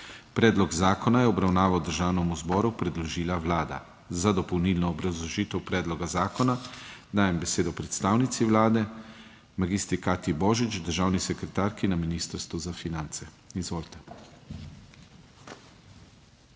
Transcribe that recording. Predlog zakona je v obravnavo Državnemu zboru predložila Vlada. Za dopolnilno obrazložitev predloga zakona dajem besedo predstavnici Vlade magistri Katji Božič, državni sekretarki na Ministrstvu za finance. Izvolite.